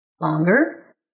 Longer